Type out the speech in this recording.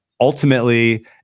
Ultimately